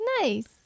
Nice